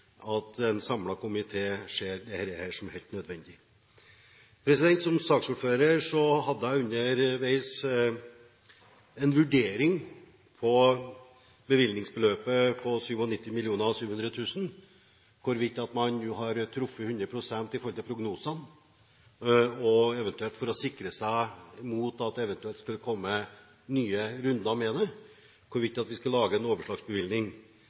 at en samlet komité ser dette som helt nødvendig. Som saksordfører hadde jeg underveis en vurdering av hvorvidt man har truffet 100 pst. i forhold til prognosene med bevilgningsbeløpet på 97 700 000 kr, og eventuelt, for å sikre seg mot at det eventuelt skulle komme nye runder om det, en vurdering av hvorvidt vi skulle lage en overslagsbevilgning.